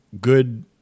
good